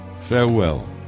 farewell